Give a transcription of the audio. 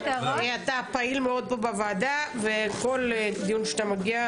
אתה פעיל מאוד פה בוועדה וכל דיון שאתה מגיע,